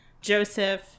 Joseph